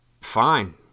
fine